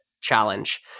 challenge